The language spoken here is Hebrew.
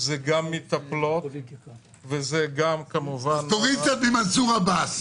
גם מטפלות וגם כמובן --- אז תוריד קצת ממנסור עבאס.